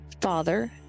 father